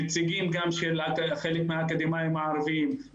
נציגים של חלק מהאקדמאים הערבים.